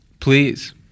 Please